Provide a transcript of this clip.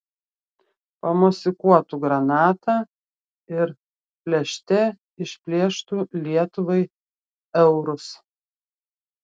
pamosikuotų granata ir plėšte išplėštų lietuvai eurus